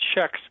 checks